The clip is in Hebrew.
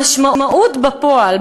המשמעות בפועל,